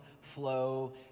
flow